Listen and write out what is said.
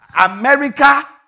America